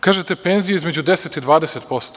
Kažete, penzije između 10 i 20%